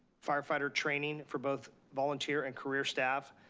firefighter training for both volunteer and career staff,